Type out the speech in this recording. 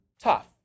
tough